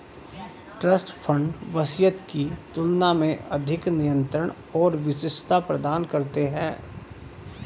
trust fund वसीयत की तुलना में अधिक नियंत्रण और विशिष्टता प्रदान करते हैं